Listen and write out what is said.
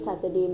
right